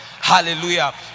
Hallelujah